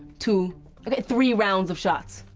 two, okay three rounds of shots,